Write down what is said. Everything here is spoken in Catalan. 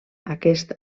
aquest